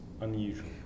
unusual